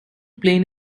plain